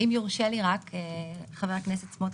אם יורשה לי חבר הכנסת סמוטריץ',